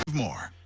more.